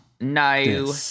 no